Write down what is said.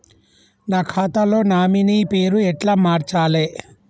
నా ఖాతా లో నామినీ పేరు ఎట్ల మార్చాలే?